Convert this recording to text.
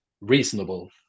reasonable